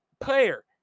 player